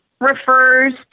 refers